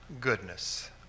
goodness